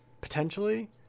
Potentially